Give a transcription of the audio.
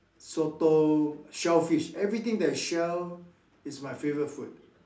sotong shellfish everything that is shell is my favorite food